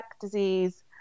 disease